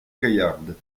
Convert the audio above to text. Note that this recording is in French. gaillarde